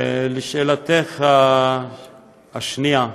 לשאלתך השנייה,